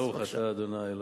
בבקשה.